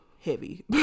heavy